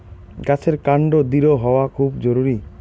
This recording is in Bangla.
গাছের কান্ড দৃঢ় হওয়া খুব জরুরি